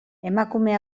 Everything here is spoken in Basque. emakume